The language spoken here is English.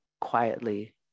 quietly